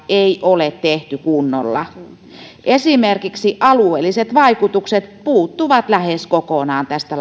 ei ole tehty kunnolla esimerkiksi alueelliset vaikutukset puuttuvat lähes kokonaan tästä